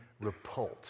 repulsed